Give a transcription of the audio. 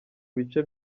bice